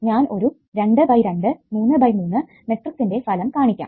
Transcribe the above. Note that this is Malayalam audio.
ഞാൻ ഒരു 2 ബൈ 2 3 ബൈ 3 മെട്രിക്സിന്റെ ഫലം കാണിക്കാം